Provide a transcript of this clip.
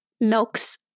milks